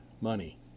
money